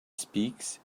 speaks